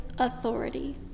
authority